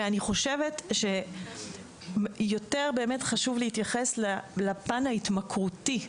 ואני חושבת שיותר חשוב להתייחס לפן ההתמכרותי,